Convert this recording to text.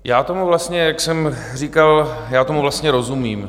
Já tomu vlastně, jak jsem říkal, já tomu vlastně rozumím.